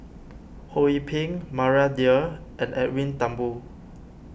Ho Yee Ping Maria Dyer and Edwin Thumboo